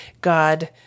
God